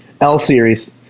L-Series